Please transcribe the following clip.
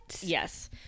yes